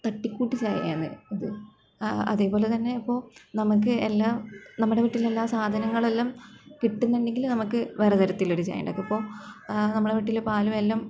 തട്ടിക്കൂട്ട് ചായയാണ് അതെ പോലെ തന്നെ ഇപ്പോൾ നമുക്ക് എല്ലാം എല്ലാം നമ്മുടെ വീട്ടിലെല്ലാം സാധനങ്ങള് എല്ലാം കിട്ടുന്നുണ്ടെങ്കിൽ നമുക്ക് വേറെ തരത്തിലൊരു ചായ ഉണ്ടാക്കാം ഇപ്പോൾ നമ്മുടെ വീട്ടിലെ പാലും എല്ലാം